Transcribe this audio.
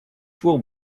will